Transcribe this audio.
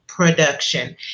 production